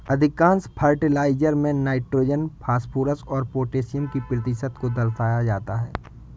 अधिकांश फर्टिलाइजर में nitrogen, phosphorus और पौटेशियम के प्रतिशत को दर्शाया जाता है